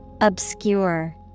Obscure